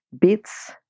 bits